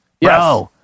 Yes